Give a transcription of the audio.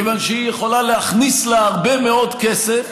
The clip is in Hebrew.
מכיוון שהיא יכולה להכניס לה הרבה מאוד כסף,